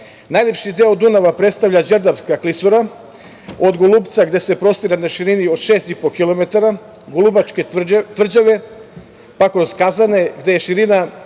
Kladovo. Najlepši deo Dunava predstavlja Đerdapska klisura, od Golupca gde se prostire na širini od 6,5 kilometara, Golubačke tvrđave, pa kroz Kazane, gde je širina